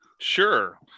sure